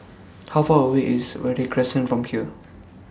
How Far away IS Verde Crescent from here